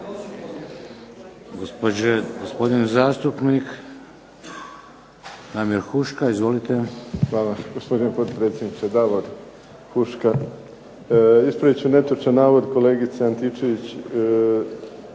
gospodin zastupnik Josip Leko, izvolite.